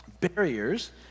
barriers